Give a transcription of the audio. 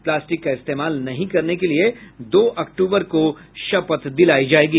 plastic का इस्तेमाल नहीं करने के लिए दो अक्टूबर को शपथ दिलाई जाएगी